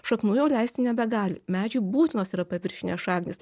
šaknų jau leisti nebegali medžiui būtinos yra paviršinės šaknys